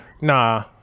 Nah